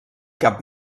cap